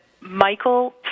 Michael